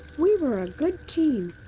we were a good team.